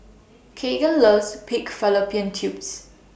Kegan loves Pig Fallopian Tubes